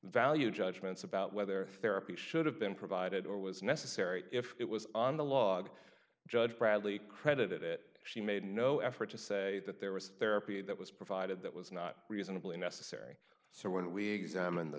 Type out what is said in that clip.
value judgments about whether therapy should have been provided or was necessary if it was on the log judge bradley credited it she made no effort to say that there was therapy that was provided that was not reasonably necessary so when we examined the